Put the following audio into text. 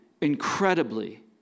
incredibly